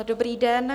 Dobrý den.